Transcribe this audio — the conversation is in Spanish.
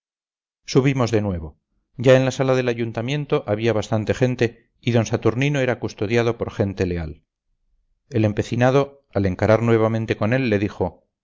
subimos de nuevo ya en la sala del ayuntamiento había bastante gente y d saturnino era custodiado por gente leal el empecinado al encarar nuevamente con él le dijo